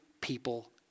people